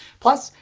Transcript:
plus,